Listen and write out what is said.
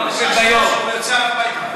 הוא לא עובד ביום.